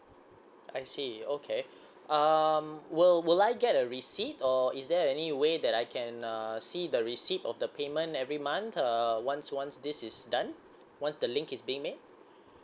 I see okay um will will I get a receipt or is there any way that I can uh see the receipt of the payment every month err once once this is done once the link is being made